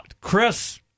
Chris